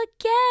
again